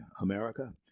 America